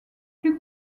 plus